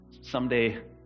someday